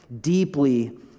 deeply